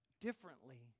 differently